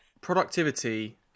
Productivity